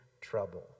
trouble